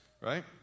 Right